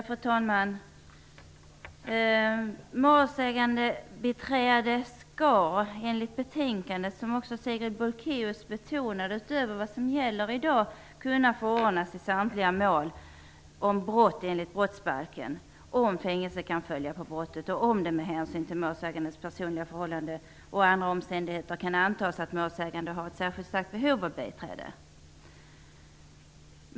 Fru talman! Enligt betänkandet skall målsägandebiträde, som Sigrid Bolkéus betonade, utöver vad som gäller i dag kunna förordnas i samtliga mål om brott enligt brottsbalken, om fängelse kan följa på brottet och om det med hänsyn till målsägandens personliga förhållanden och andra omständigheter kan antas att målsäganden har ett särskilt starkt behov av biträde.